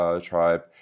tribe